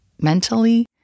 mentally